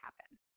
happen